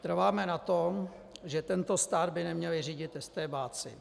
Trváme na tom, že tento stát by neměli řídit estébáci.